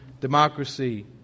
democracy